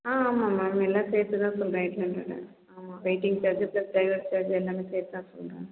ஆ ஆமாம் மேம் எல்லாம் சேர்த்து தான் சொல்கிறேன் எயிட் ஹண்ட்ரேட் ஆமாம் waiting charge plus driver charge எல்லாமே சேர்த்து தான் சொல்கிறேன்